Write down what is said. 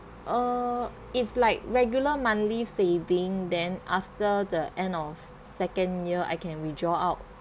uh it's like regular monthly saving then after the end of second year I can withdraw out